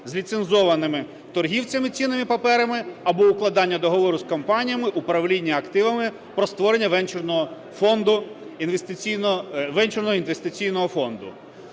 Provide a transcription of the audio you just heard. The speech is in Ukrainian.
з ліцензованими торгівцями цінними паперами або укладання договору з компаніями управління активами про створення венчурного інвестиційного фонду.